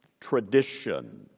tradition